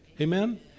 Amen